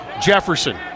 Jefferson